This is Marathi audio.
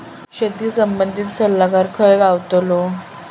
शेती संबंधित सल्लागार खय गावतलो?